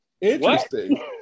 interesting